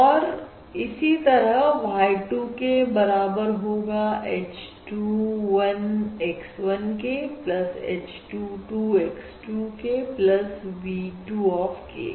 और इसी तरह y 2 k बराबर होगा h 2 1 x 1 k h 2 2 x 2 k v 2 of k